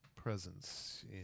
Presence